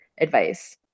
advice